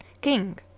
King